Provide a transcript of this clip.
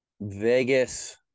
Vegas